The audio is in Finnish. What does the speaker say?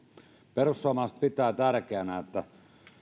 perussuomalaiset pitävät tärkeänä että